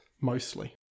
mostly